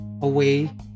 Away